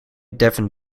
devon